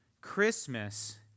Christmas